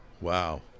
Wow